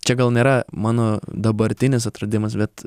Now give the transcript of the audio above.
čia gal nėra mano dabartinis atradimas bet